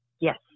Yes